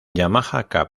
yamaha